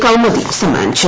കൌമുദി സമ്മാനിച്ചു